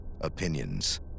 opinions